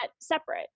separate